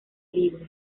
libro